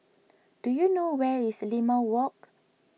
do you know where is Limau Walk